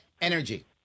Energy